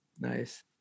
nice